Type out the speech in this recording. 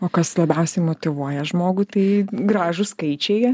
o kas labiausiai motyvuoja žmogų tai gražūs skaičiai